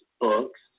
books